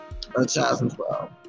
2012